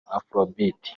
afrobeat